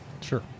Sure